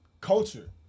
Culture